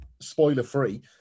spoiler-free